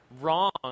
wrong